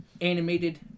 animated